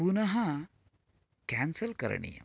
पुनः कैन्सल् करणीयम्